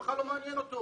זה בכלל לא מעניין אותו.